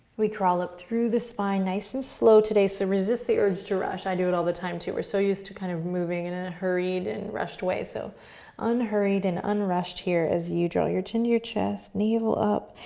we crawl up through the spine, nice and slow today, so resist the urge to rush. i do it all the time too. we're so used to kind of moving in a hurried and rushed way, so unhurried and unrushed here as you draw your chin to your chest, navel up,